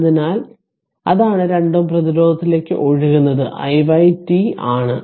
അതിനാൽ അതാണ് 2 Ω പ്രതിരോധത്തിലേക്ക് ഒഴുകുന്നത് അത് i y t ആണ്